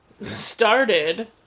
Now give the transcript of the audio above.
started